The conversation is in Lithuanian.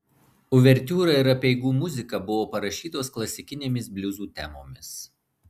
uvertiūra ir apeigų muzika buvo parašytos klasikinėmis bliuzų temomis